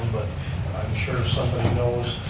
but i'm sure somebody,